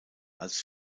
als